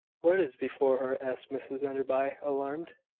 what is before her? ask mrs enderby, alarmed.